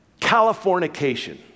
Californication